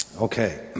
Okay